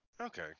Okay